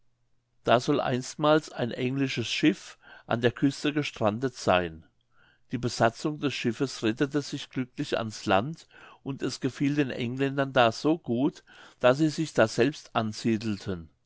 da soll einstmals ein englisches schiff an der küste gestrandet seyn die besatzung des schiffes rettete sich glücklich ans land und es gefiel den engländern da so gut daß sie sich daselbst ansiedelten